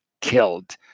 killed